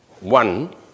one